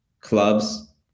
clubs